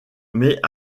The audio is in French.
mais